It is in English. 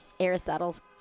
Aristotle's